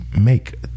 make